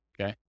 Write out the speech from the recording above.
okay